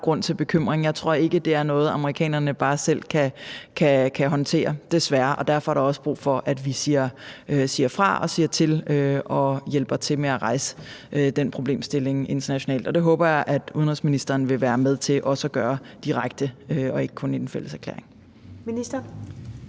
grund til bekymring. Jeg tror ikke, det er noget, som amerikanerne bare selv kan håndtere, desværre. Derfor er der også brug for, at vi siger fra og siger til og hjælper til med at rejse den problemstilling internationalt. Det håber jeg at udenrigsministeren vil være med til at gøre direkte og ikke kun i en fælles erklæring. Kl.